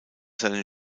seine